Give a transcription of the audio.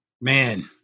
Man